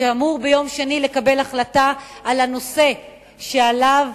שאמור ביום שני לקבל החלטה על הנושא שבשנה